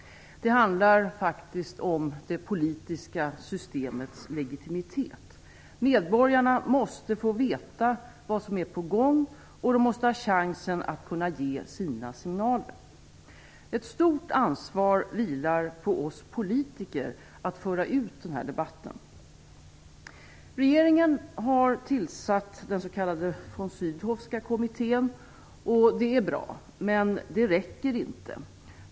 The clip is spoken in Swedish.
Det handlar om det politiska systemets legitimitet. Medborgarna måste få veta vad som är på gång, och de måste ha chansen att kunna ge sina signaler. Ett stort ansvar vilar på oss politiker att föra ut denna debatt. Regeringen har tillsatt den s.k. Sydowska kommittén. Det är bra, men det räcker inte.